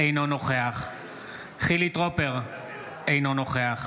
אינו נוכח חילי טרופר, אינו נוכח